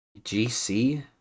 GC